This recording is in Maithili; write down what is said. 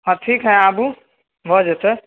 हँ ठीक हइ आबू भऽ जेतै